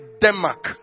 Denmark